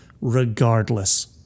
regardless